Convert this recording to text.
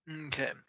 Okay